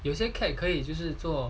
有些 cat 可以是做